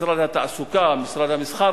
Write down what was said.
משרד התעסוקה, משרד המסחר